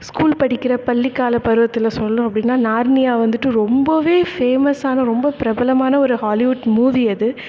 school படிக்கிற பள்ளிக்காலப் பருவத்தில் சொல்லணும் அப்படின்னா நார்னியா வந்துட்டு ரொம்பவே ஃபேமஸான ரொம்ப பிரபலமான ஒரு ஹாலிவுட் மூவி அது